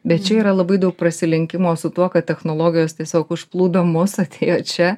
bet čia yra labai daug prasilenkimo su tuo kad technologijos tiesiog užplūdo mus atėjo čia